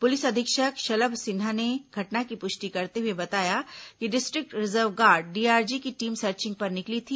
police अधीक्षक शलभ सिन्हा ने घटना की पुष्टि करते हुए बताया कि डिस्ट्रिक्ट रिजर्व गार्ड डीआरजी की टीम सर्चिंग पर निकली थी